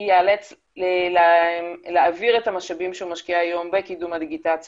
ייאלץ להעביר את המשאבים שהוא משקיע היום בקידום הדיגיטציה